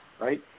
right